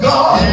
God